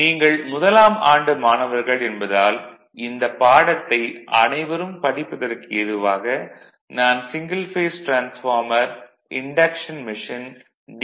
நீங்கள் முதலாம் ஆண்டு மாணவர்கள் என்பதால் இந்தப் பாடத்தை அனைவரும் படிப்பதற்கு எதுவாக நான் single phase transformer induction machine D